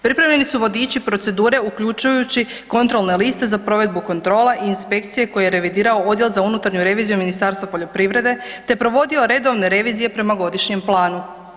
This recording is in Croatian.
Pripremljeni su vodići i procedure uključujući kontrolne liste za provedbu kontrola i inspekcije koje je revidirao Odjel za unutarnju reviziju Ministarstva poljoprivrede, te provodio redovne revizije prema godišnjem planu.